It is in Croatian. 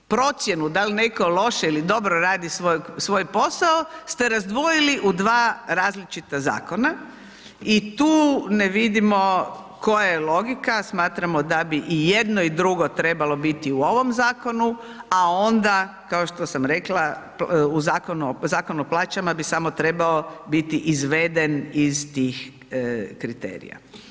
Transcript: Dakle, procjenu da li netko loše ili dobro radi svoj posao ste razdvojili u dva različita zakona i tu ne vidimo koja je logika, smatramo da bi jedno i drugo trebalo biti u ovom zakonu, a onda kao što sam rekla Zakon o plaćama bi samo trebao biti izveden iz tih kriterija.